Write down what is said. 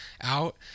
out